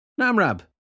Namrab